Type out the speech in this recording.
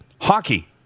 hockey